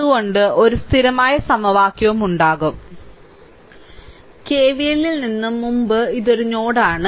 അതിനാൽ ഒരു സ്ഥിരമായ സമവാക്യം ഉണ്ടാകും KVLല്ലിൽ നിന്നും മുമ്പ് ഇത് ഒരു നോഡാണ്